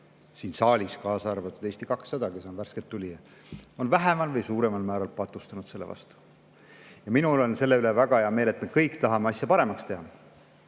siin saalis, kaasa arvatud Eesti 200, kes on värske tulija, on vähemal või suuremal määral patustanud selle vastu. Minul on selle üle väga hea meel, et me kõik tahame asja paremaks teha.